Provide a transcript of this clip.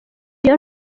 iyo